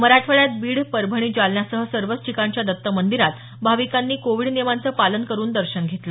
मराठवाड्यात बीड परभणी जालन्यासह सर्वच ठिकाणच्या दत्त मंदिरात भाविकांनी कोविड नियमांच पालन करून दर्शन घेतलं